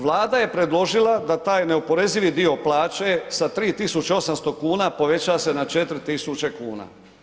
Vlada je predložila da taj neoporezivi dio plaće sa 3800 kuna poveća se na 4000 kuna.